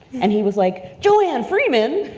and he was like, joanne freeman?